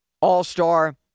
all-star